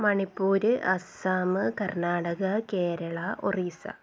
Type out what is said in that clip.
Manipur Assam Karnataka Kerala Orissa